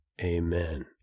Amen